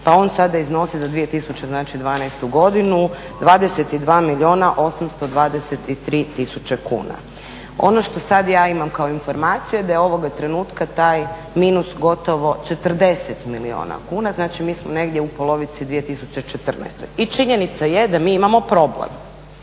tisuće znači dvanaestu godinu 22 milijuna 823 tisuće kuna. Ono što sad ja imam kao informaciju da je ovoga trenutka taj minus gotovo 40 milijuna kuna. Znači, mi smo negdje u polovici 2014. I činjenica je da mi imamo problem.